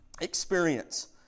experience